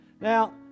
Now